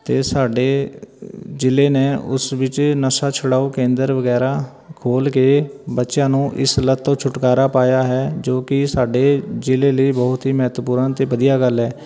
ਅਤੇ ਸਾਡੇ ਜਿਲ੍ਹੇ ਨੇ ਉਸ ਵਿੱਚ ਨਸ਼ਾ ਛੁਡਾਉ ਕੇਂਦਰ ਵਗੈਰਾ ਖੋਲ੍ਹ ਕੇ ਬੱਚਿਆਂ ਨੂੰ ਇਸ ਲੱਤ ਤੋਂ ਛੁਟਕਾਰਾ ਪਾਇਆ ਹੈ ਜੋ ਕਿ ਸਾਡੇ ਜਿਲ੍ਹੇ ਲਈ ਬਹੁਤ ਹੀ ਮਹੱਤਵਪੂਰਨ ਅਤੇ ਵਧੀਆ ਗੱਲ ਹੈ